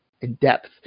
in-depth